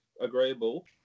Agreeable